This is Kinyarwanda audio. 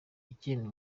ikindi